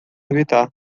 evitar